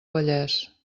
vallès